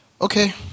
Okay